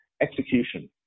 execution